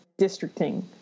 districting